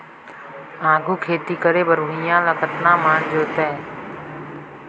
आघु खेती करे बर भुइयां ल कतना म जोतेयं?